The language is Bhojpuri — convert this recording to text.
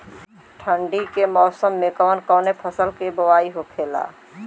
ठंडी के मौसम कवने मेंकवन फसल के बोवाई होखेला?